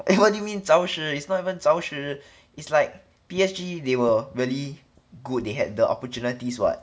eh what do you mean 找死 it's not even 找死 it's like P_S_G they were really good they had the opportunities [what]